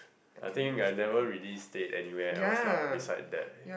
I think I never really stayed anywhere else lah beside that